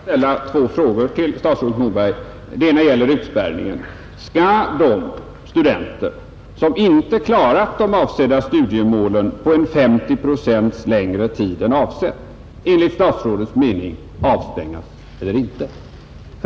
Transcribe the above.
Herr talman! Får jag då bara ställa två frågor till statsrådet Moberg. Den ena gäller utspärrningen. Skall de studenter, som inte har klarat de avsedda studiemålen på 50 procents längre tid än avsett, enligt statsrådets mening avstängas eller inte?